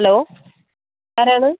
hello ആരാണ്